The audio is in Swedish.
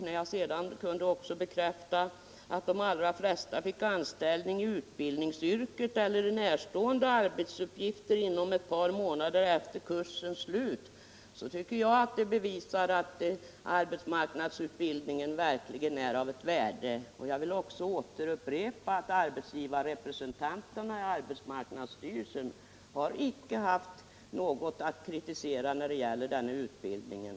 När jag sedan även kunde bekräfta att de allra flesta fick anställning i utbildningsyrket eller närstående arbetsuppgifter inom ett par månader efter kursens slut tycker jag det bevisar att arbetsmarknadsutbildningen verkligen är av värde. Jag vill även återupprepa att arbetsgivarrepresentanterna i arbetsmarknadsstyrelsen icke haft något att kritisera när det gäller denna utbildning.